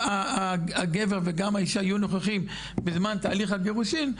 הגבר וגם האישה יהיו נוכחים בזמן תהליך הגירושים,